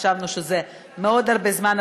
חשבנו שזה הרבה מאוד זמן.